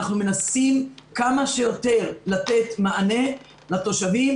אנחנו מנסים כמה שיותר לתת מענה לתושבים,